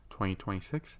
2026